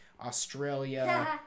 Australia